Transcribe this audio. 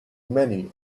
many